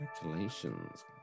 Congratulations